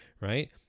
right